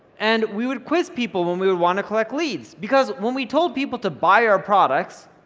and we would quiz people when we would want to collect leads, because when we told people to buy our products,